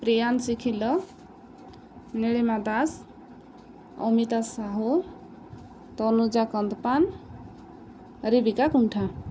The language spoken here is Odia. ପ୍ରିୟାନ୍ସି ଖିଲ ନୀଳିମା ଦାସ ଅମିତା ସାହୁ ତନୁଜା କନ୍ଦପାନ ରବିକା କୁଣ୍ଠା